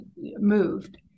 moved